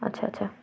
আচ্ছা আচ্ছা